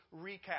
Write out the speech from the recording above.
recap